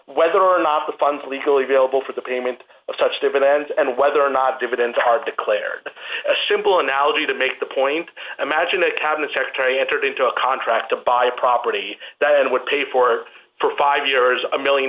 whether or not the funds legally available for the payment of such dividends and whether or not dividends are declared a simple analogy to make the point imagine a cabinet secretary entered into a contract to buy a property that it would pay for for five years or a one million